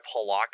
Halak